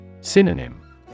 Synonym